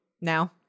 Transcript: Now